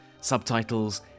subtitles